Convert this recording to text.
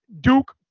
Duke